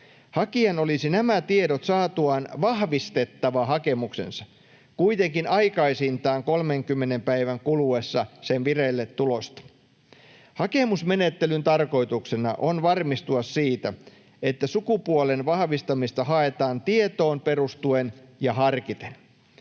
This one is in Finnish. Hakijan olisi nämä tiedot saatuaan vahvistettava hakemuksensa, kuitenkin aikaisintaan 30 päivän kuluessa sen vireilletulosta. Hakemusmenettelyn tarkoituksena on varmistua siitä, että sukupuolen vahvistamista haetaan tietoon perustuen ja harkiten.